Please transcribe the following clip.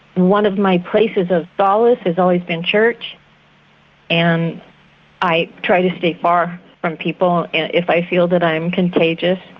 one of my places of solace has always been church and i try to sit far from people if i feel that i'm contagious.